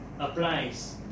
Applies